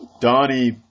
donnie